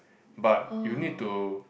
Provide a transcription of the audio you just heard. but you need to